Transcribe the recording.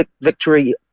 Victory